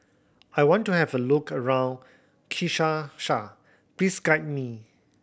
I want to have a look around please guide me